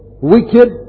wicked